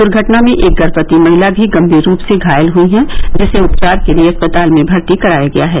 दुर्घटना में एक गर्भवती महिला भी गम्मीर रूप से घायल हुयी है जिसे उपचार के लिये अस्पताल में भर्ती कराया गया है